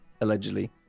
allegedly